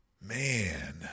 man